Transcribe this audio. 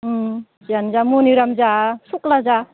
जियानोजा मनिराम जा सुक्ला जा